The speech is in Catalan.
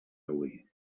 avui